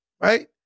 Right